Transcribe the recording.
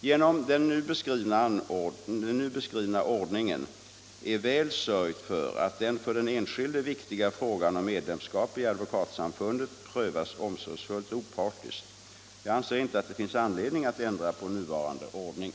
Genom den nu beskrivna ordningen är väl sörjt för att den för den enskilde viktiga frågan om medlemskap i Advokatsamfundet prövas omsorgsfullt och opartiskt. Jag anser inte att det finns anledning att ändra på nuvarande ordning.